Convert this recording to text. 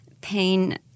pain